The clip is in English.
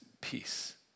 peace